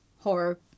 horror